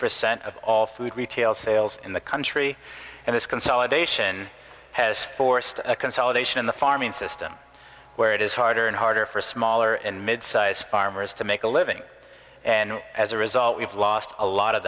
percent of all food retail sales in the country and this consolidation has forced a consolidation in the farming system where it is harder and harder for smaller and mid size farmers to make a living and as a result we've lost a lot of